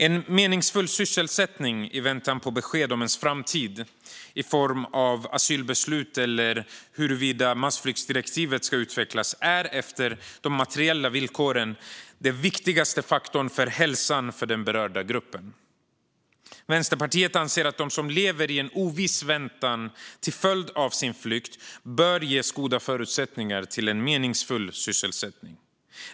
En meningsfull sysselsättning i väntan på besked om ens framtid i form av asylbeslut eller huruvida massflyktsdirektivet ska utvecklas är efter de materiella villkoren den viktigaste faktorn för hälsan för den berörda gruppen. Vänsterpartiet anser att de som lever i en oviss väntan till följd av sin flykt bör ges goda förutsättningar till en meningsfull sysselsättning.